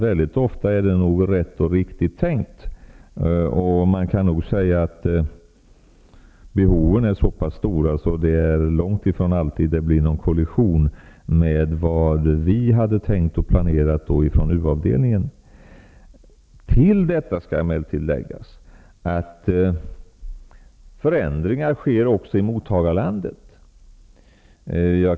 Väldigt ofta är det nog rätt och riktigt tänkt, och man kan nog säga att behoven är så pass stora att det är långt ifrån alltid som det blir någon kollission mellan organisationernas verksamhet och vad vi på u-avdelningen hade tänkt och planerat. Till detta skall emellertid läggas att förändringar sker också i mottagarländerna.